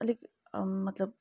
अलिक मतलब